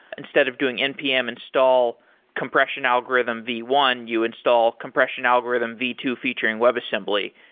instead of doing npm install compression algorithm v one, you install compression algorithm v two featuring webassembly,